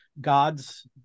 God's